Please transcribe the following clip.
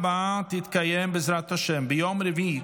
הדיגיטליים ושירותי האחסון (הוראת שעה, חרבות